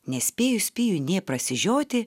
nespėjus pijui nė prasižioti